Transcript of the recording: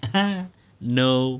!huh! no